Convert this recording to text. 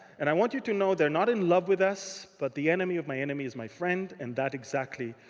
and i want you to know they're not in love with us. but the enemy of my enemy is my friend. and that is, exactly,